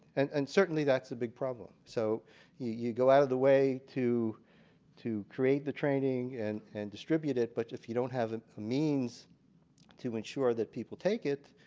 and and certainly that's a big problem. so you go out of the way to to create the training and and distribute it but if you don't have a means to ensure that people take it,